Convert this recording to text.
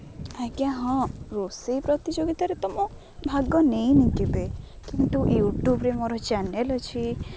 ଆଜ୍ଞା ହଁ ରୋଷେଇ ପ୍ରତିଯୋଗିତାରେ ତ ମୁଁ ଭାଗ ନେଇନି କେବେ କିନ୍ତୁ ୟୁଟ୍ୟୁବ୍ରେ ମୋର ଚ୍ୟାନେଲ୍ ଅଛି